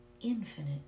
infinite